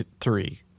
three